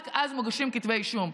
רק אז מוגשים כתבי אישום.